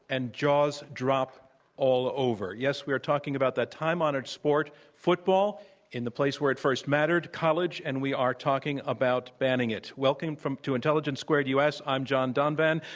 and jaws drop all over. yes, we are talking about that time-honored sport, football in the place where it first mattered, college. and we are talking about banning it. welcome to intelligence squared u. s. i'm john donvan.